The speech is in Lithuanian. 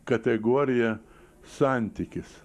kategorija santykis